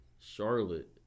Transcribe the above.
Charlotte